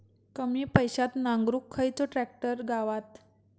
कमी पैशात नांगरुक खयचो ट्रॅक्टर गावात?